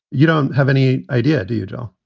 you don't have any idea. do you, joe?